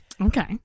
Okay